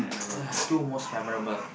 uh two most memorable